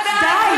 די.